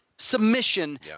Submission